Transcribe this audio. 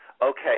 okay